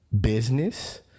business